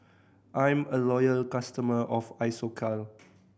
I'm a loyal customer of Isocal